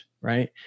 right